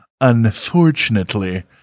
Unfortunately